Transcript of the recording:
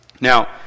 Now